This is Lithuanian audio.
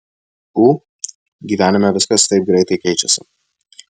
ū gyvenime viskas taip greitai keičiasi